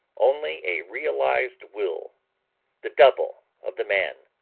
only a realized will the double of the man.